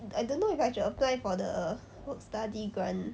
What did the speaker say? I don't know if I should apply for the err study grant